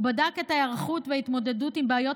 הוא בדק את ההיערכות וההתמודדות עם בעיות